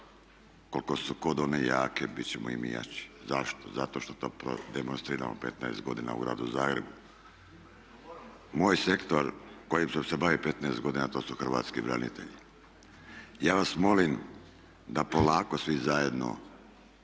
koliko god su one jake bit ćemo i mi jači. Zašto? Zato što to demonstriramo 15 godina u Gradu Zagrebu, moj sektor kojim sam se bavio 15 godina, a to su hrvatski branitelji. Ja vas molim da polako svi zajedno